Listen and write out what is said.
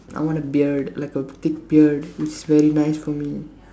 I want a beard like a thick beard which is very nice for me